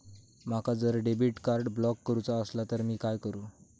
माका जर debit card block करूचा असला तर मी काय करू?